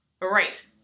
Right